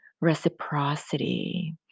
reciprocity